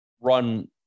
run